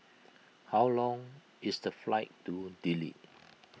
how long is the flight to Dili